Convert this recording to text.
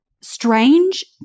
strange